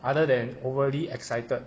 other than overly excited